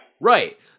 Right